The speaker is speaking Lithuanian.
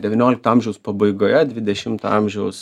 devyniolikto amžiaus pabaigoje dvidešimto amžiaus